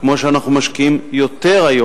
כמו שאנחנו משקיעים היום יותר,